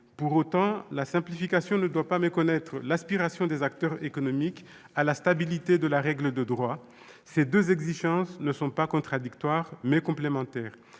Pour autant, la simplification ne doit pas méconnaître l'aspiration des acteurs économiques à la stabilité de la règle de droit. Ces deux exigences ne sont pas contradictoires, mais complémentaires.